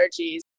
allergies